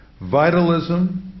Vitalism